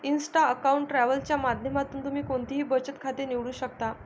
Insta account travel च्या माध्यमातून तुम्ही कोणतंही बचत खातं निवडू शकता